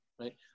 right